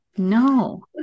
no